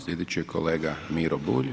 Sljedeći je kolega Miro Bulj.